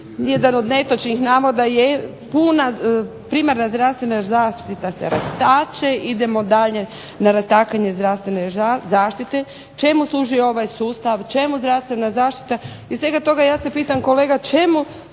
jedan od netočnih navoda je puna primarna zdravstvena zaštita se rastače, idemo dalje na rastakanje zdravstvene zaštite. Čemu služi ovaj sustav, čemu zdravstvena zaštita. Iz svega toga ja se pitam kolega čemu